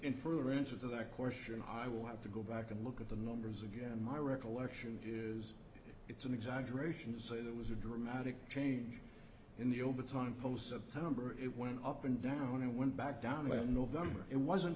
furtherance of that question i want to go back and look at the numbers again my recollection is it's an exaggeration to say that was a dramatic change in the over time post september it went up and down and went back down late november it wasn't